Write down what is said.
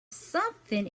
something